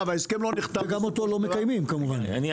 וגם אותו לא מקיימים כמובן.